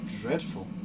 dreadful